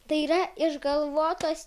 tai yra išgalvotos